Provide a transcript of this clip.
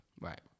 Right